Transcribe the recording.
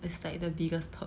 it's like the biggest perk